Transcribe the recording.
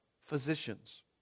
physicians